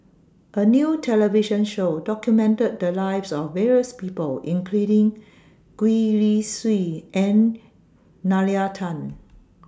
A New television Show documented The Lives of various People including Gwee Li Sui and Nalla Tan